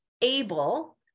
able